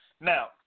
Now